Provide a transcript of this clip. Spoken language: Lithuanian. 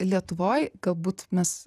lietuvoj galbūt mes